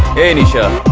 hey nisha,